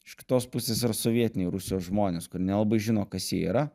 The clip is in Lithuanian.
iš kitos pusės ar sovietiniai rusijos žmonės kad nelabai žino kas jie yra